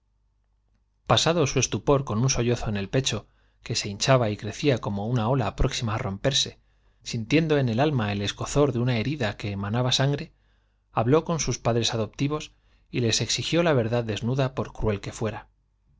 pasado su estupor con un sollozo en el pecho que se hinchaba y crecía como una ola próxima á romperse sintiendo en el alma el escozor d e una herida que manaba sangre habló con sus padres adoptivos y les exigió la verdad desnuda por cruel otro pobre que fuera